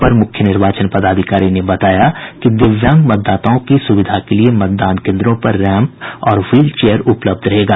अपर मुख्य निर्वाचन पदाधिकारी ने बताया कि दिव्यांग मतदाताओं की सुविधा के लिये मतदान केन्द्रों पर रैंप और व्हील चेयर उपलब्ध रहेगा